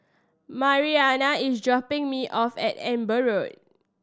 Mariana is dropping me off at Amber Road